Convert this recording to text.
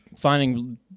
finding